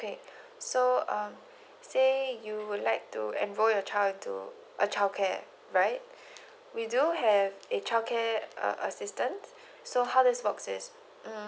okay so uh say you would like to enroll your child into a childcare right we do have a childcare uh assistant so how this works is hmm